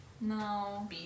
No